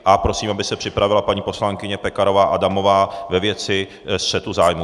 A prosím, aby se připravila paní poslankyně Pekarová Adamová ve věci střetu zájmu.